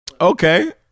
Okay